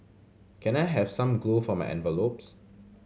can I have some glue for my envelopes